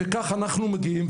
כך אנחנו מגיעים.